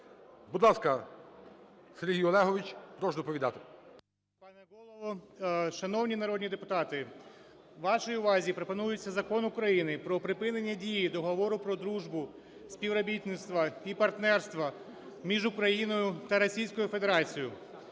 Будь ласка, Сергій Олегович, прошу доповідати.